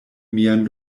mian